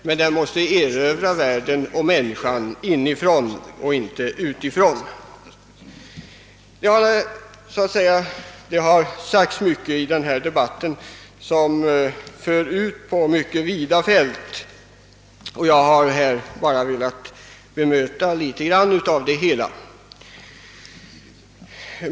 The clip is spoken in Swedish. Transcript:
Men den måste »erövra världen» och människan inifrån och inte utifrån. Det har sagts mycket i denna debatt som fört ut på vida fält, och jag har bara velat bemöta några av synpunk terna.